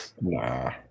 Nah